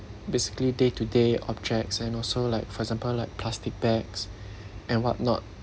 basically day to day objects and also like for example like plastic bags and whatnot